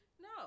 No